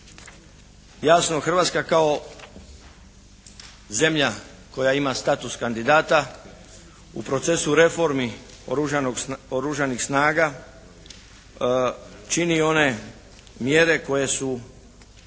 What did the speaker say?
jasno Hrvatska kao zemlja koja ima status kandidata u procesu reformi Oružanih snaga čini one mjere koje su